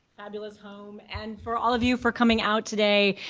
fabulous home and for all of you for coming out today.